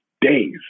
days